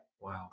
Wow